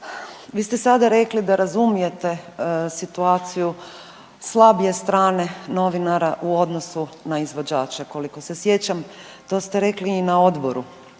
vi ste sada rekli da razumijete situaciju slabije strane novinara u odnosu na izvođače. Koliko se sjećam, to ste rekli i na odboru